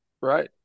Right